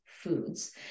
Foods